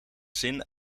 zin